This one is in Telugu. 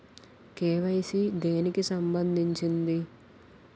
కే.వై.సీ దేనికి సంబందించింది?